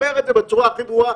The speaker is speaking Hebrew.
אומר את זה בצורה הכי ברורה,